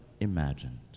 imagined